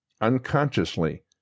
Unconsciously